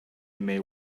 may